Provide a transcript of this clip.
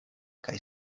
kaj